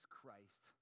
Christ